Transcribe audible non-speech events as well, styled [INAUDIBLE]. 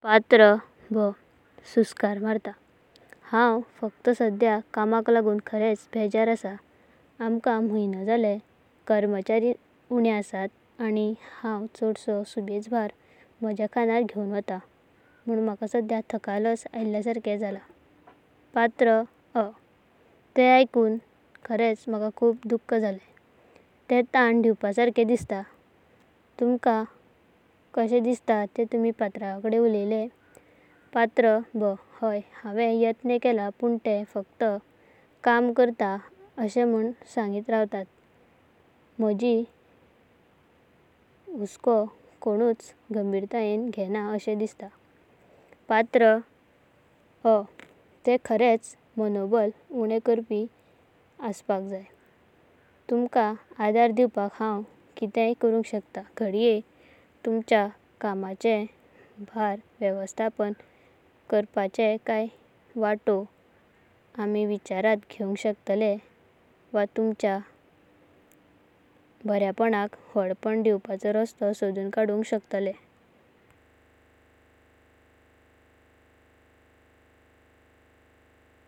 पत्र बा [NOISE] हाणव फकता साध्या कामाका लागूणा खऱेन्च्या खूप बेजार आसा। आमका म्हायणे जाळे कर्मचारि उणे आसता, आनी हाणव चड़सो सुभेग भर मोह जा खांडार घेवन वाटा। पण म्हाकां साध्या तकलस आलेया सर्के जाला। पत्र अ ते ऐकूना म्हाका खरेच खूप दुख जाले। ते तना दिवपा सर्के दिसता। तुंका कशें दिसता ते तुमच्या पत्रओ कड़ें उळायले? पत्र बा हाय, हवेण यत्न म्हणी, पण ते फकत काम करता अशी सांगिता रवतत। म्हाजि हॉस्कोणुच गंभीरतायेन घेनां अशी दिसता। पत्र अ "ते खऱेच मानोबळ उणें करापि असूंका जाय। तुमका आदर दिवपाका हाणव कितेये करूंका शकता? घडाये तुमच्या कामाचे भार व्यवस्थापन करापाचे कण्य वाटोव आमि विचारण्ता। घेवपाक शकताले वा तुमच्या बऱ्यापणाका वाढपण दिउपाचो रस्तो सोडूंच काडुंका शकताले?